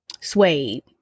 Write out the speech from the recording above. suede